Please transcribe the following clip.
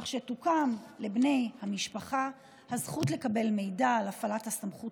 כך שתוקם לבני המשפחה הזכות לקבל מידע על הפעלת הסמכות